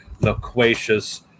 Loquacious